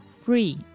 free